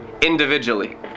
individually